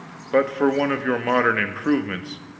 but for one of your modern improvements